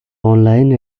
online